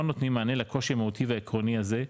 נותנים מענה לקושי המהותי והעקרוני הזה,